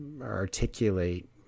articulate